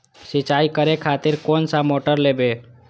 सीचाई करें खातिर कोन सा मोटर लेबे?